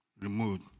removed